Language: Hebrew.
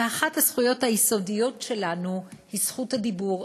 ואחת הזכויות היסודיות שלנו היא זכות הדיבור.